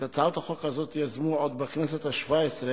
את הצעת החוק הזאת יזמו עוד בכנסת השבע-עשרה